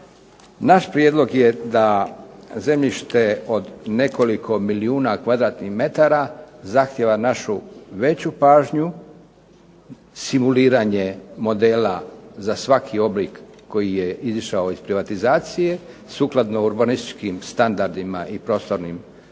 Naš prijedlog je da zemljište od nekoliko milijuna kvadratnih metara zahtijeva našu veću pažnju, simuliranje modela za svaki oblik koji je izašao iz privatizacije sukladno urbanističkim standardima i prostornog uređenja